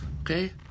Okay